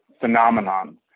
phenomenon